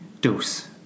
dose